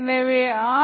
எனவே ஆர்